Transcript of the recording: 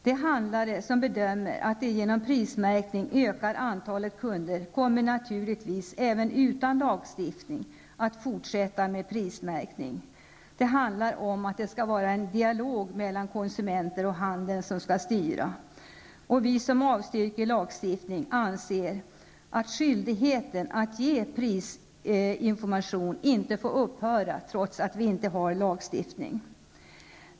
De handlare som bedömer att de genom prismärkning ökar antalet kunder kommer naturligtvis även utan lagstiftning att fortsätta med prismärkning. Det är en dialog mellan konsumenter och handel som skall styra. Vi som avstyrker lagstiftning anser att skyldighet att ge prisinformation inte får upphöra trots att vi inte har en lagstiftning.